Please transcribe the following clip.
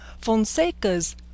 Fonseca's